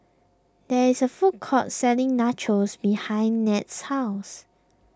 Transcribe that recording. there is a food court selling Nachos behind Ned's house